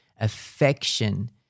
affection